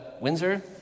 Windsor